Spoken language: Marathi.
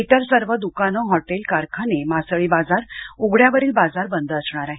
इतर सर्व दुकानं होटेल कारखाने मासळी बाजार उघड्यावरील बाजार बंद असणार आहेत